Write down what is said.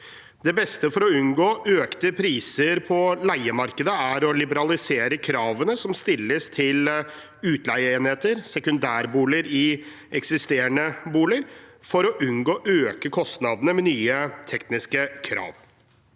Det beste for å unngå økte priser på leiemarkedet er å liberalisere kravene som stilles til utleieenheter/sekundærboliger i eksisterende boliger, for å unngå økte kostnader med nye tekniske krav.